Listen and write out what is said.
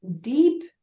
deep